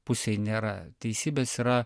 pusėj nėra teisybės yra